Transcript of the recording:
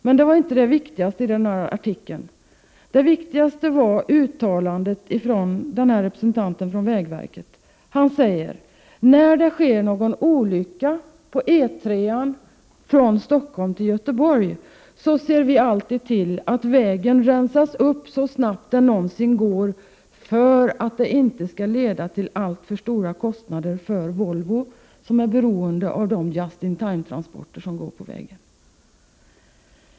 Men det viktigaste i artikeln var följande uttalande från denna representant för vägverket: När det sker någon olycka på E 3-an mellan Stockholm och Göteborg, ser vi alltid till att vägen rensas upp så snabbt det någonsin går, för att det inte skall leda till alltför stora kostnader för Volvo, som är beroende av de just-in-time-transporter som går på vägen.